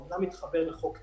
זה אמנם מתחבר לחוק טיבי,